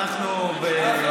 תקופה קשה, אנחנו בקורונה.